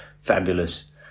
fabulous